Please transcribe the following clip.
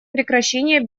прекращение